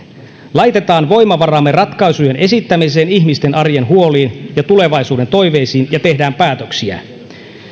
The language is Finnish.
laitetaan voimavaramme ratkaisujen esittämiseen ihmisten arjen huoliin ja tulevaisuudentoiveisiin ja tehdään päätöksiä